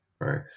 Right